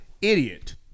Idiot